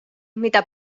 mida